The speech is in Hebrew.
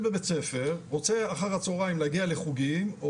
בבית-ספר רוצה אחר הצהריים להגיע לחוגים,